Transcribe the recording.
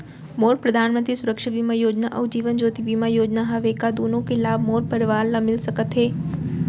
मोर परधानमंतरी सुरक्षा बीमा योजना अऊ जीवन ज्योति बीमा योजना हवे, का दूनो के लाभ मोर परवार ल मिलिस सकत हे?